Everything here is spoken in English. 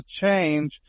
change